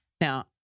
Now